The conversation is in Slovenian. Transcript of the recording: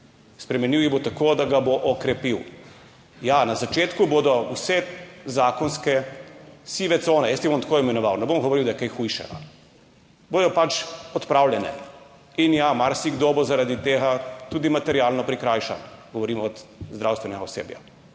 Spremenil jih bo tako, da ga bo okrepil. Ja, na začetku bodo vse zakonske sive cone, jaz jih bom tako imenoval, ne bom govoril, da je kaj hujšega, bodo pač odpravljene. In ja, marsikdo bo zaradi tega tudi materialno prikrajšan, govorim od zdravstvenega osebja,